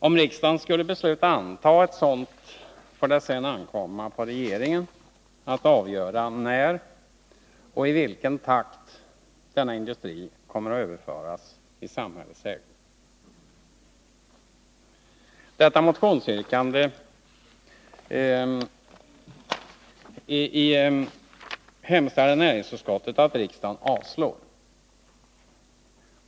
Om riksdagen skulle besluta att göra ett sådant, får det sedan ankomma på regeringen att avgöra när och i vilken takt denna industri kommer att överföras i samhällets ägo. Näringsutskottet hemställer att riksdagen avslår detta motionsyrkande.